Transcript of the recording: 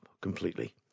completely